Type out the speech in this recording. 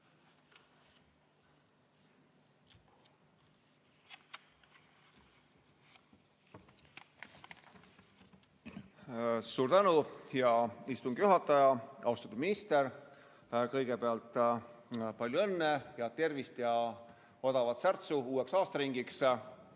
Suur tänu, hea istungi juhataja! Austatud minister! Kõigepealt palju õnne ja tervist ja odavat särtsu uueks aastaringiks!